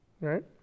Right